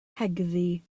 cegddu